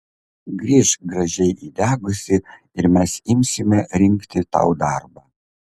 grįžk gražiai įdegusi ir mes imsime rinkti tau darbą